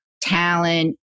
talent